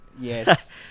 Yes